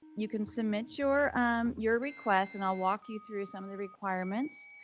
you can submit your um your request, and i'll walk you through some of the requirements,